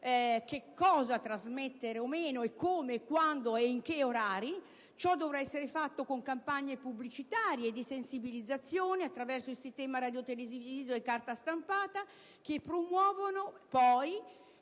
cosa trasmettere o meno e come e quando e in che orari. Ciò dovrà essere fatto con campagne pubblicitarie di sensibilizzazione, attraverso il sistema radiotelevisivo e la carta stampata, che promuovano poi